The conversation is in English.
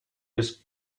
this